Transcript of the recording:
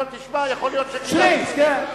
של דגים שלא גדלים בארץ.